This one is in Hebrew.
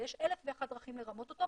ויש אלף ואחת דרכים לרמות אותו,